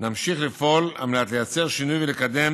נמשיך לפעול על מנת לייצר שינוי ולקדם